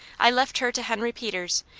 i left her to henry peters,